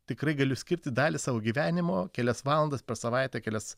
tikrai galiu skirti dalį savo gyvenimo kelias valandas per savaitę kelias